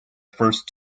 first